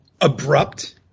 abrupt